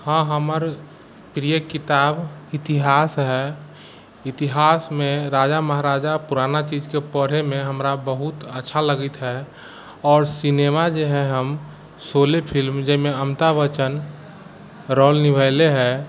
हँ हमर प्रिय किताब इतिहास हइ इतिहासमे राजा महाराजा पुराना चीजके पढ़यमे हमरा बहुत अच्छा लगैत हइ आओर सिनेमा जे हइ हम शोले फिल्म जाहिमे अमिताभ बच्चन रौल निभेले हइ